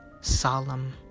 solemn